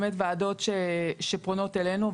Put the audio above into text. באמת ועדות שפונות אלינו,